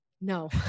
no